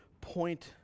Point